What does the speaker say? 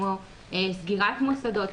כמו סגירת מוסדות.